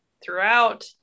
throughout